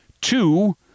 Two